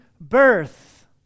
birth